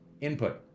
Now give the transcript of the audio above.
input